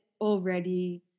already